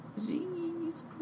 Jeez